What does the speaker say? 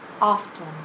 often